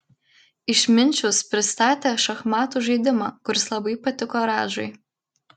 išminčius pristatė šachmatų žaidimą kuris labai patiko radžai